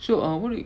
so ah what you